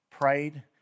prayed